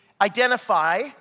identify